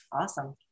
Awesome